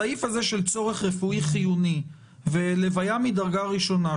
הסעיף הזה של צורך רפואי חיוני והלוויה של קרוב מדרגה ראשונה,